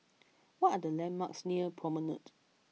what are the landmarks near Promenade